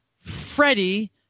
Freddie